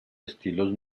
estilos